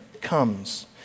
comes